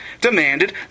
demanded